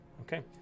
Okay